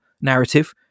narrative